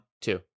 two